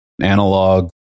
analog